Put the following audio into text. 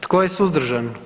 Tko je suzdržan?